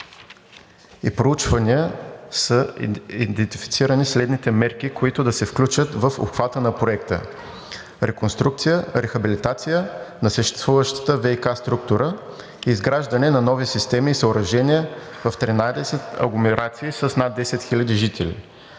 и проучвания са идентифицирани следните мерки, които да се включат в обхвата на Проекта: реконструкция и рехабилитация на съществуващата ВиК структура; изграждане на нови системи и съоръжения в 13 агломерации с над 10 хиляди жители,